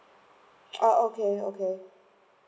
oh okay okay